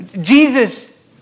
Jesus